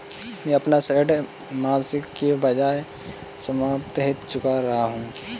मैं अपना ऋण मासिक के बजाय साप्ताहिक चुका रहा हूँ